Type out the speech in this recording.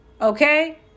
Okay